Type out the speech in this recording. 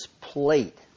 plate